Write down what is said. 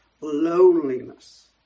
loneliness